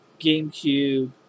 GameCube